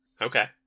Okay